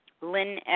Lynn